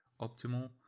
optimal